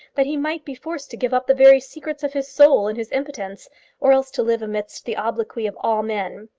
that he might be forced to give up the very secrets of his soul in his impotence or else to live amidst the obloquy of all men.